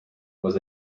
was